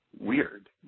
weird